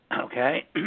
Okay